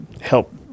help